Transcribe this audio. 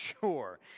sure